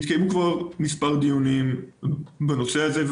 התקיימו כבר מספר דיונים בנושא הזה,